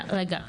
רגע,